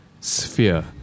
sphere